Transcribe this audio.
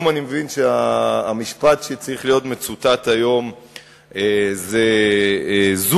אני מבין שהמשפט שצריך להיות מצוטט היום זה "זוז,